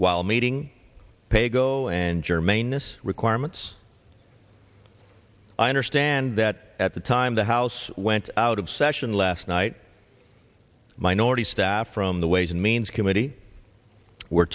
while meeting paygo and germane this requirements i understand that at the time the house went out of session last night minority staff from the ways and means committee were